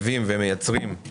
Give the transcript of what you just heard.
אנחנו